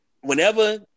whenever –